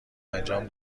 انجام